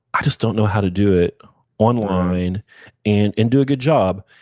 i just don't know how to do it online and and do a good job.